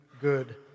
good